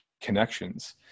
connections